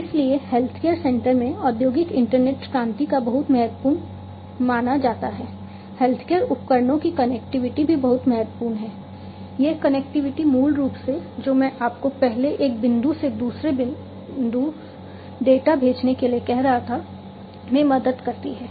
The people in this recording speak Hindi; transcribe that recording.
इसलिए हेल्थकेयर सेंटर में औद्योगिक इंटरनेट क्रांति को बहुत महत्वपूर्ण माना जाता है हेल्थकेयर उपकरणों की कनेक्टिविटी भी बहुत महत्वपूर्ण है यह कनेक्टिविटी मूल रूप से जो मैं आपको पहले एक बिंदु से दूसरे डेटा भेजने के लिए कह रहा था में मदद करती है